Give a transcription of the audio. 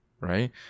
right